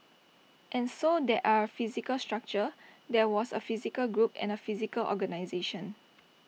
and so there are A physical structure there was A physical group and A physical organisation